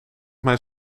mijn